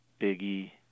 Biggie